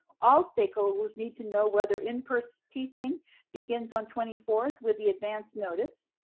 all stakeholders need to know whether in-person teaching begins on twenty fourth with the advanced notice.